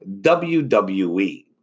WWE